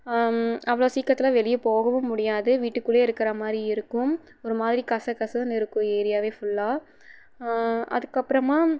அவ்வளோ சீக்கிரத்தில் வெளியே போகவும் முடியாது வீட்டுக்குள்ளே இருக்கிற மாதிரி இருக்கும் ஒரு மாதிரி கசகசன்னு இருக்கும் ஏரியாவே ஃபுல்லாக அதுக்கப்புறமா